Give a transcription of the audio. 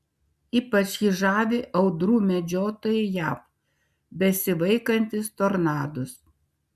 ypač jį žavi audrų medžiotojai jav besivaikantys tornadus